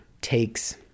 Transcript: takes